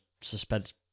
suspense